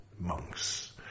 monks